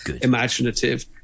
imaginative